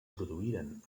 produïren